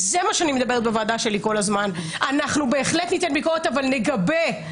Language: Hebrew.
כשמדובר בעובדי ציבור, נקבע שכן.